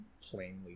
plainly